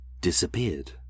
disappeared